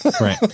Right